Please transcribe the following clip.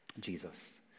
Jesus